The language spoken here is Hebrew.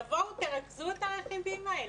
תבואו, תרכזו את הרכיבים האלה.